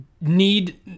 Need